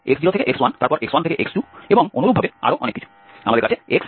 একটি হল x0 থেকে x1 তারপরে x1 থেকে x2 এবং অনুরূপভাবে আরও অনেক কিছু